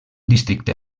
districte